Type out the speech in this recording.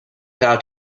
out